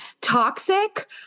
Toxic